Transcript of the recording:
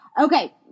Okay